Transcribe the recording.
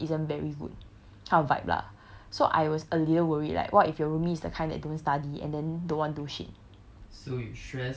so to me is it shows a certain things when G_P_A isn't very good kind of vibe lah so I was earlier worried like what if your roomie is the kind that don't study and then don't want do shit